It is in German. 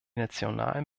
nationalen